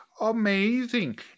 Amazing